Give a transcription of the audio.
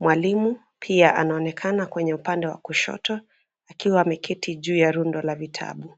Mwalimu pia anaonekana kwenye upande wa kushoto, akiwa ameketi juu ya rundo la vitabu.